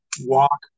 walk